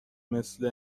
مثل